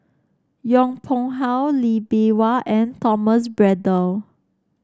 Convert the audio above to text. Yong Pung How Lee Bee Wah and Thomas Braddell